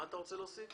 מה אתה רוצה להוסיף?